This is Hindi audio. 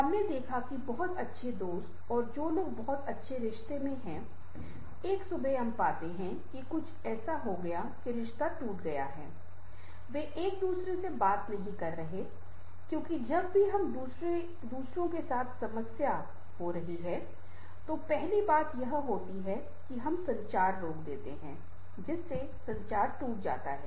हमने देखा है कि बहुत अच्छे दोस्त और जो लोग बहुत अच्छे रिश्ते में हैं एक सुबह हम पाते हैं कि कुछ ऐसा हो गया है कि रिश्ता टूट गया है वे एक दूसरे से बात नहीं कर रहे हैं क्योंकि जब भी हम दूसरों के साथ समस्या हो रही होती है तो पहली बात यह होती है कि हम संचार रोकदेते है जिससे संचार टूट जाता है